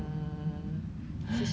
你可以说我